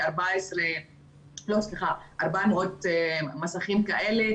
400 מסכים כאלה.